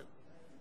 בסדר.